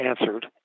answered